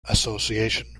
association